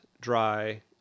dry